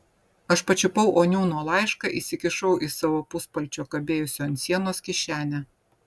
aš pačiupau oniūno laišką įsikišau į savo puspalčio kabėjusio ant sienos kišenę